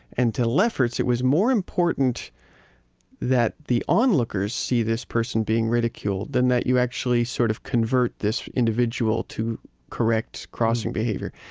and to lefferts, it was more important that the onlookers see this person being ridiculed, than that you actually sort of convert this individual to correct crossing behavior.